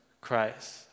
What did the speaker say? Christ